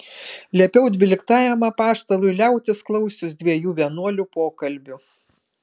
liepiau dvyliktajam apaštalui liautis klausius dviejų vienuolių pokalbių